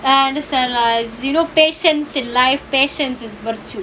யான்னு:yaannu sun rise you know patience in life patients is virtue